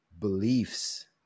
beliefs